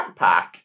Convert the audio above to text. backpack